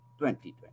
2020